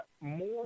more